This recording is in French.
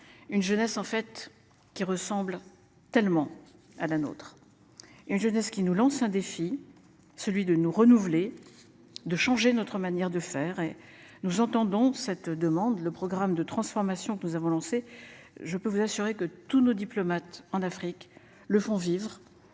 Une jeunesse en fait qui ressemble tellement à la nôtre. Et une jeunesse qui nous lance un défi, celui de nous renouveler. De changer notre manière de faire et nous entendons cette demande. Le programme de transformation. Nous avons lancé. Je peux vous assurer que tous nos diplomates en Afrique le font vivre